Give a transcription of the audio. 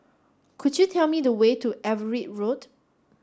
could you tell me the way to Everitt Road